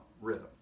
rhythm